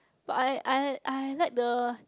but I I I like the